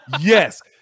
Yes